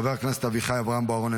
חבר הכנסת אביחי אברהם בוארון,